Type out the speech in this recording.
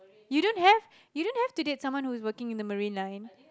you don't have you don't have to date someone who is working in the marine line